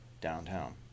downtown